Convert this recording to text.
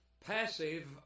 Passive